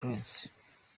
prince